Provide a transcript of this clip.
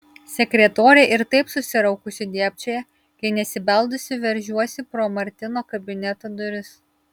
sekretorė ir taip susiraukusi dėbčioja kai nesibeldusi veržiuosi pro martino kabineto duris